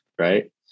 right